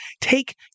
take